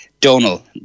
Donal